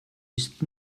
ist